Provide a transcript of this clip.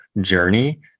journey